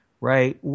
right